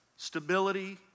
stability